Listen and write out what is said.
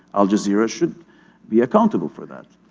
al jazeera should be accountable for that.